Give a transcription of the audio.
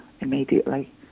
immediately